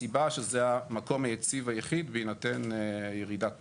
הסיבה שזה המקום היציב היחיד, בהינתן ירידת מפלס.